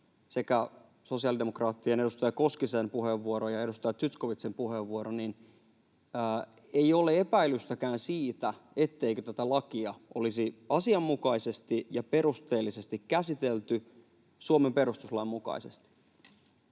sekä sosiaalidemokraattien edustaja Koskisen puheenvuoroja ja edustaja Zyskowiczin puheenvuoron, ei ole epäilystäkään siitä, etteikö tätä lakia olisi asianmukaisesti ja perusteellisesti käsitelty Suomen perustuslain mukaisesti.